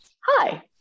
Hi